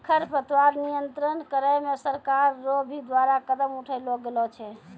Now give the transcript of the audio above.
खरपतवार नियंत्रण करे मे सरकार रो भी द्वारा कदम उठैलो गेलो छै